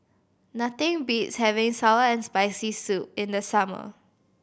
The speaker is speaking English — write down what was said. nothing beats having sour and Spicy Soup in the summer